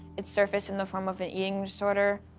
it surfaced in the form of an eating disorder.